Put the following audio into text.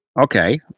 Okay